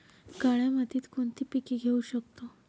काळ्या मातीत कोणती पिके घेऊ शकतो?